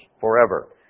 forever